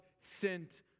sent